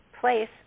place